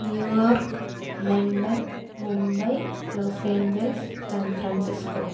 New York London Mumbai Los Angeles San Francisco